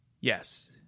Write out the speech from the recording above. Yes